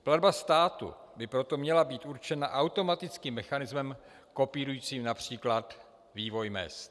Platba státu by proto měla být určena automatickým mechanismem kopírujícím například vývoj mezd.